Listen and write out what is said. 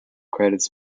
credits